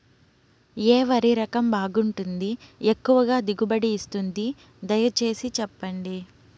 ఏ వరి రకం బాగుంటుంది, ఎక్కువగా దిగుబడి ఇస్తుంది దయసేసి చెప్పండి?